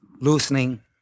Loosening